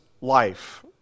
life